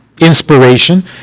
inspiration